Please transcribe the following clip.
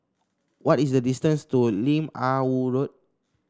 what is the distance to Lim Ah Woo Road